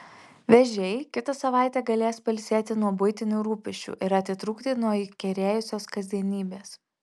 vėžiai kitą savaitę galės pailsėti nuo buitinių rūpesčių ir atitrūkti nuo įkyrėjusios kasdienybės